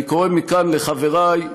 אני קורא מכאן לחברי,